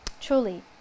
truly